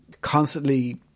constantly